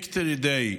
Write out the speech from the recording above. Victory Day,